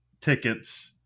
tickets